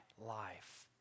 life